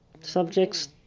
subject's